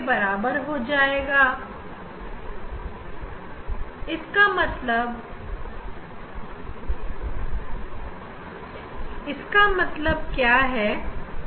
n बराबर होगा 2m के